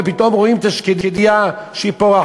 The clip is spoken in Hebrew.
ופתאום רואים את השקדייה פורחת.